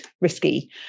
risky